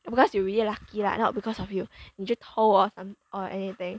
because you really lucky lah not because of you 你去偷 or some or anything